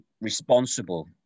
responsible